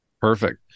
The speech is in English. perfect